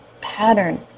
pattern